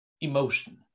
emotion